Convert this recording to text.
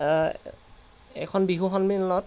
এখন বিহু সন্মিলনত